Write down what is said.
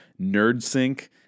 NerdSync